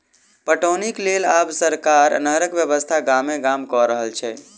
पटौनीक लेल आब सरकार नहरक व्यवस्था गामे गाम क रहल छै